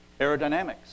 aerodynamics